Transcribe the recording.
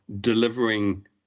delivering